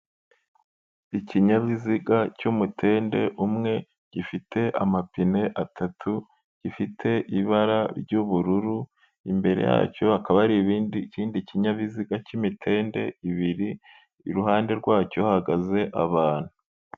Ikinyabiziga cy'umutende umwe gifite amapine atatu, gifite ibara ry'ubururu, imbere yacyo hakaba hari ikindi kinyabiziga cy'imitende ibiri, iruhande rwacyo hahagaze abantu.